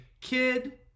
kid